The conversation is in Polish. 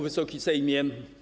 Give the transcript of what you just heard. Wysoki Sejmie!